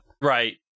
Right